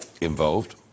involved